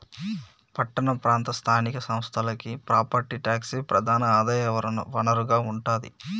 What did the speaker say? పట్టణ ప్రాంత స్థానిక సంస్థలకి ప్రాపర్టీ ట్యాక్సే ప్రధాన ఆదాయ వనరుగా ఉంటాది